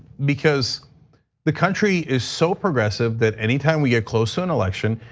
because the country is so progressive that anytime we get close to an election,